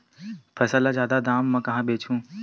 फसल ल जादा दाम म कहां बेचहु?